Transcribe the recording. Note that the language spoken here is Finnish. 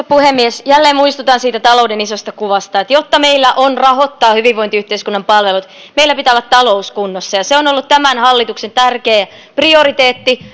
puhemies jälleen muistutan siitä talouden isosta kuvasta jotta meillä on rahoittaa hyvinvointiyhteiskunnan palvelut meillä pitää olla talous kunnossa se on ollut tämän hallituksen tärkeä prioriteetti